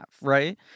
right